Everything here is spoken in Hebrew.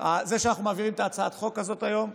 זה שאנחנו מעבירים את הצעת חוק הזאת היום,